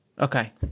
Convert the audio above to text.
Okay